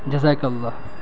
جزاک اللہ